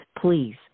Please